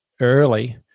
early